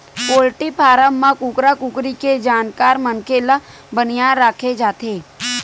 poultry farm म कुकरा कुकरी के जानकार मनखे ल बनिहार राखे जाथे